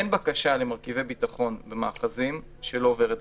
אין בקשה למרכיבי ביטחון במאחזים שלא עוברת דרכי.